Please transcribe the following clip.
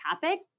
topic